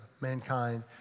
mankind